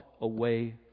away